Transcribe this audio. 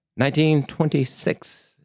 1926